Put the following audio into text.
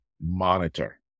monitor